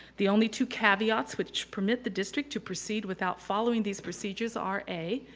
the only two caveats which permit the district to proceed without following these procedures are a,